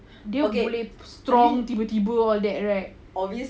okay they will get strong tiba-tiba all that right